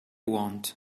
want